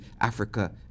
Africa